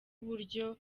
uburyo